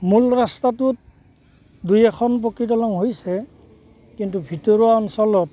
মূল ৰাস্তাটোত দুই এখন পকী দলং হৈছে কিন্তু ভিতৰুৱা অঞ্চলত